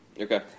Okay